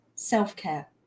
Self-care